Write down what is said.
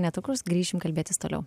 netrukus grįšim kalbėtis toliau